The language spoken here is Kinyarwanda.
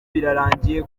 birarangiye